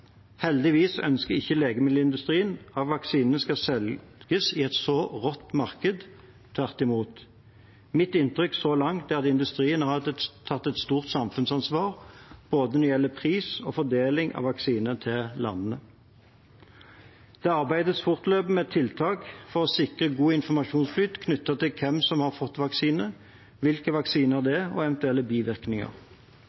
Heldigvis ønsker ikke legemiddelindustrien at vaksinene skal selges i et så rått marked – tvert imot. Mitt inntrykk så langt er at industrien har tatt et stort samfunnsansvar når det gjelder både pris og fordeling av vaksiner til landene. Det arbeides fortløpende med tiltak for å sikre god informasjonsflyt knyttet til hvem som har fått vaksine, hvilken vaksine det